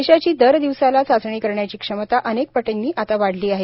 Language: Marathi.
देशाची दरदिवसाला चाचणी करण्याची क्षमता अनेक पटींनी आता वाढली आहे